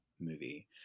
movie